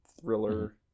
thriller